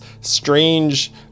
strange